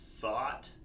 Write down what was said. thought